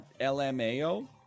LMAO